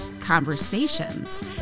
Conversations